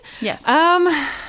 Yes